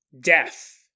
death